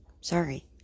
Sorry